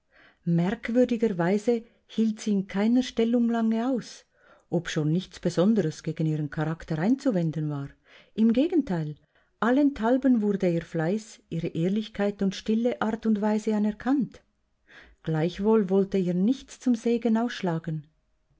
weise hielt sie in keiner stellung lange aus obschon nichts besonderes gegen ihren charakter einzuwenden war im gegenteil allenthalben wurde ihr fleiß ihre ehrlichkeit und stille art und weise anerkannt gleichwohl wollte ihr nichts zum segen ausschlagen